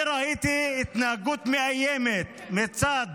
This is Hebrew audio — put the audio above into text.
-- אני ראיתי התנהגות מאיימת מצד